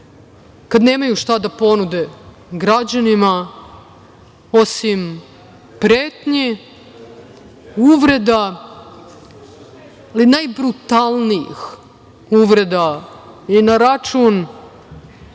kada nemaju šta da ponude građanima, osim pretnji, uvreda, ali najbrutalnijih uvreda i na račun